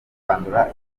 kwandura